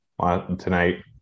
tonight